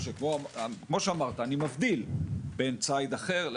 כמו שאמרת, אני מבדיל בין ציד אחר.